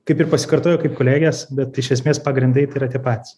kaip ir pasikartoju kaip kolegės bet iš esmės pagrindai tai yra tie patys